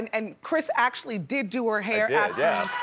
and chris actually did do her hair yeah yeah